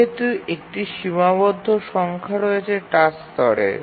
যেহেতু একটি সীমাবদ্ধ সংখ্যা রয়েছে টাস্ক স্তরের